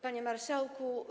Panie Marszałku!